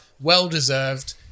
Well-deserved